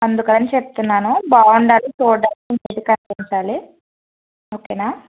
అందుకని చెప్తున్నాను బాగుండాలి చూడడానికి బాగా కనిపించాలి ఓకేనా